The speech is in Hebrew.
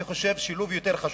אני חושב שלוב יותר חשובה.